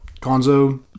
Conzo